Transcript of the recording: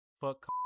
fuck